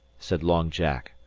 said long jack,